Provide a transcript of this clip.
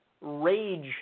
rage